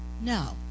No